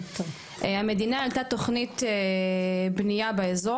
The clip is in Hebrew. המדינה העלתה תוכנית בנייה באזור,